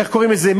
איך קוראים לזה?